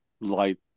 light